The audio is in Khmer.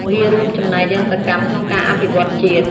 វារួមចំណែកយ៉ាងសកម្មក្នុងការអភិវឌ្ឍជាតិ។